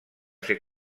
ser